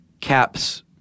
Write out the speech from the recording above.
caps